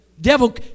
Devil